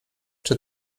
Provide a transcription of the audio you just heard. czy